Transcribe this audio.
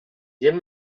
gent